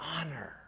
honor